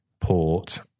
port